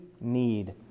need